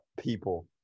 people